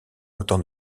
autant